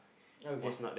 okay